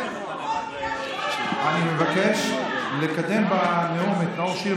אני מבקש לקדם בנאום את נאור שירי.